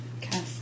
cast